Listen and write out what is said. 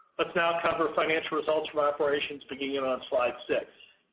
let's now cover financial results from operations beginning and on slide six.